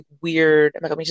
weird